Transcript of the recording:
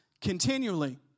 continually